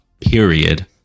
period